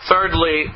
Thirdly